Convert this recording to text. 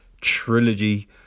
trilogy